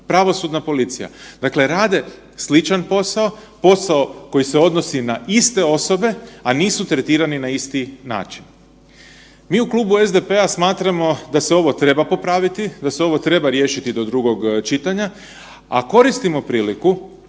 Pravosudna policija. Dakle rade sličan posao, posao koji se odnosi na iste osobe, a nisu tretirani na isti način. Mi u Klubu SDP-a smatramo da se ovo treba popraviti, da se ovo treba riješiti do drugog čitanja, a koristimo priliku